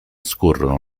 scorrono